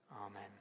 Amen